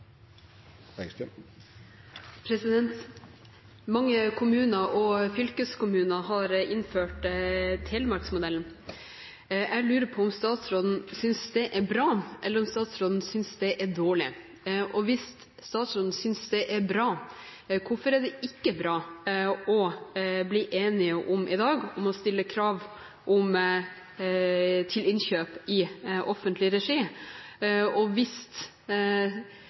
har. Mange kommuner og fylkeskommuner har innført Telemarks-modellen. Jeg lurer på om statsråden synes det bra, eller om hun synes det er dårlig. Og hvis statsråden synes det er bra, hvorfor er det ikke bra å bli enige om i dag å stille krav til innkjøp i offentlig regi? Og hvis